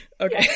Okay